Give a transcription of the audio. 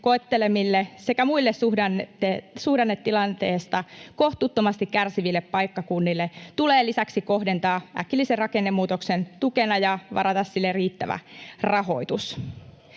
koettelemille sekä muille suhdannetilanteesta kohtuuttomasti kärsiville paikkakunnille tulee lisäksi kohdentaa äkillisen rakennemuutoksen tukea ja varata sille riittävä rahoitus.